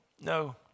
no